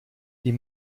die